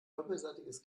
doppelseitiges